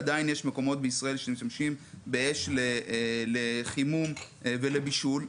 עדיין יש מקומות בישראל שמשתמשים באש לחימום ובישול.